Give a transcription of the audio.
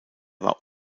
war